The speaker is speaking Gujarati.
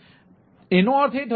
તેથી એનો અર્થ એ થયો કે